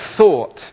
thought